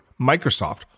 Microsoft